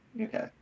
Okay